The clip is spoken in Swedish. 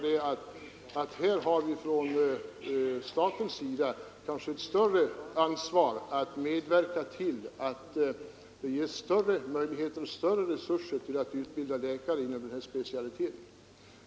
Vi har framhållit att staten har ett stort ansvar när det gäller att medverka till att vi får bättre resurser för att utbilda läkare inom denna specialitet.